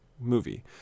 movie